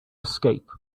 escape